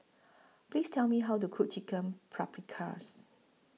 Please Tell Me How to Cook Chicken Paprikas